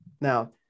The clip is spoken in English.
Now